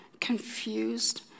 confused